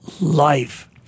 Life